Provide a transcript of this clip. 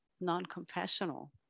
non-confessional